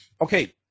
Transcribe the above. Okay